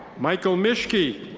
michael mishki.